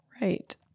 Right